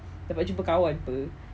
dapat jumpa kawan [pe]